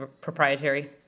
proprietary